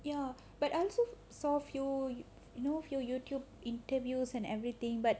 ya but I also saw few you know a few YouTube interviews and everything but